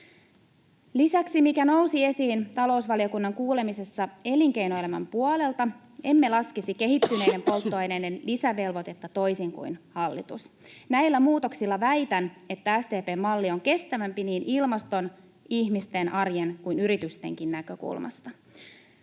Lisäksi, mikä nousi esiin talousvaliokunnan kuulemisessa elinkeinoelämän puolelta, emme laskisi kehittyneiden polttoaineiden lisävelvoitetta, toisin kuin hallitus. Näillä muutoksilla väitän, että SDP:n malli on kestävämpi niin ilmaston, ihmisten arjen kuin yritystenkin näkökulmasta.